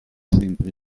sempre